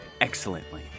excellently